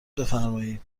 بفرمایید